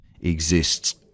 exists